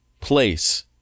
place